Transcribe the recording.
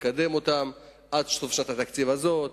נקדם אותן עד חופשת התקציב הזאת,